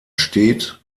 steht